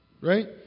Right